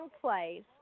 place